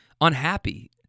unhappy